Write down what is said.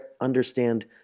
understand